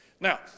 Now